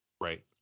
Right